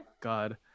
God